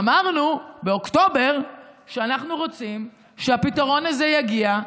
אמרנו באוקטובר שגם אנחנו רוצים שהפתרון הזה יגיע,